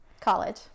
College